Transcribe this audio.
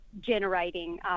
generating